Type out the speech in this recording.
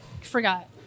forgot